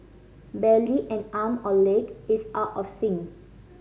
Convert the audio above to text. barely an arm or leg is out of sync